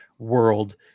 world